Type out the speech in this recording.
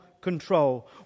control